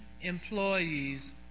employees